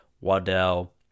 Waddell